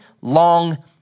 long